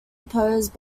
opposed